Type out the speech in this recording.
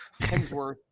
Hemsworth